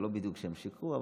זה לא בדיוק שהם שיקרו.